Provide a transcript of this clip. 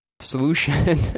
solution